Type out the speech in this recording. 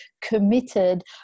committed